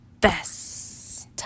best